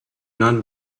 not